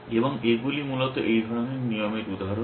এবং এগুলি মূলত এই ধরনের নিয়মের উদাহরণ